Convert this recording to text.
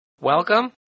Welcome